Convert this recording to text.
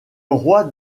roi